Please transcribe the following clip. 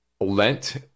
lent